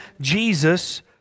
Jesus